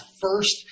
first